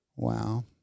Wow